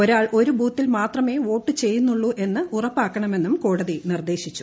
ഒരാൾ ഒരു ബൂത്തിൽ മാത്രമേ വോട്ട് ചെയ്യുന്നുളളൂ എന്ന് ഉറപ്പാക്കണമെന്നും കോടതി നിർദ്ദേശിച്ചു